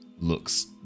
looks